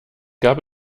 gab